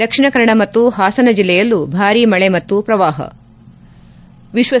ದಕ್ಷಿಣ ಕನ್ನಡ ಮತ್ತು ಹಾಸನ ಜಿಲ್ಲೆಯಲ್ಲೂ ಭಾರಿ ಮಳೆ ಮತ್ತು ಶ್ರವಾಪ